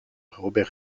robert